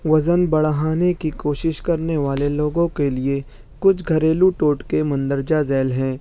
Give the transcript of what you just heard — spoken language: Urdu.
وزن بڑھانے کی کوشش کرنے والے لوگوں کے لیے کچھ گھریلو ٹوٹکے مندرجہ ذیل ہیں